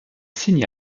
signe